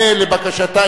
אתה לא משנה את ההצבעה,